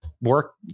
work